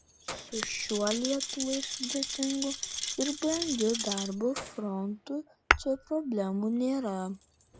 su šiuo lietuvai sudėtingu ir brangiu darbų frontu čia problemų nėra